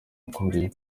ukuri